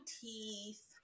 teeth